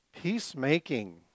Peacemaking